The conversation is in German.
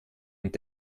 und